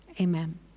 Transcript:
Amen